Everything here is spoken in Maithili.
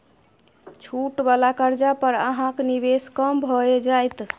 छूट वला कर्जा पर अहाँक निवेश कम भए जाएत